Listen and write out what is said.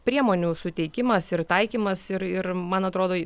priemonių suteikimas ir taikymas ir ir man atrodo